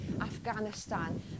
Afghanistan